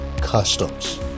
Customs